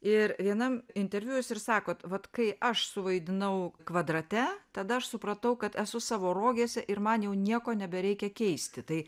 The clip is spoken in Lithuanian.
ir vienam interviu jūs ir sakot vat kai aš suvaidinau kvadrate tada aš supratau kad esu savo rogėse ir man jau nieko nebereikia keisti tai